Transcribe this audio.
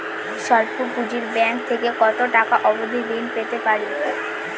স্বল্প পুঁজির ব্যাংক থেকে কত টাকা অবধি ঋণ পেতে পারি?